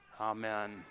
Amen